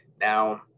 Now